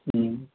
अँ